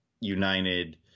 United